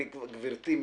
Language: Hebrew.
גברתי,